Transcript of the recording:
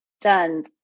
done